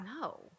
no